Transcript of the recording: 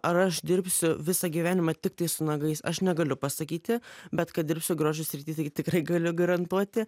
ar aš dirbsiu visą gyvenimą tiktai su nagais aš negaliu pasakyti bet kad dirbsiu grožio srity tai tikrai galiu garantuoti